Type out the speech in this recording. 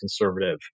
conservative